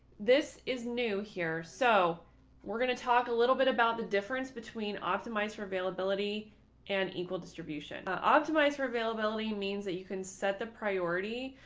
this is new here. so we're going to talk a little bit about the difference between for availability and equal distribution. optimize for availability means that you can set the priority.